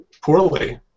poorly